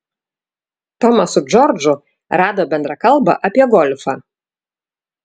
tomas su džordžu rado bendrą kalbą apie golfą